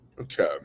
Okay